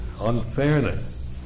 unfairness